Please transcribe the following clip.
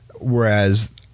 Whereas